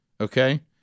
okay